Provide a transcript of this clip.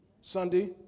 Sunday